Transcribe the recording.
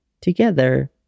Together